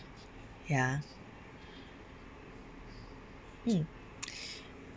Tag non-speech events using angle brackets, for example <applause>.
ya mm <noise>